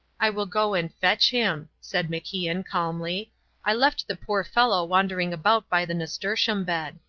i will go and fetch him, said macian, calmly i left the poor fellow wandering about by the nasturtium bed.